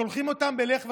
שולחים אותם בלך ושוב: